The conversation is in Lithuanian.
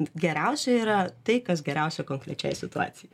geriausia yra tai kas geriausia konkrečiai situacijai